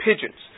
pigeons